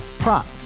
Prop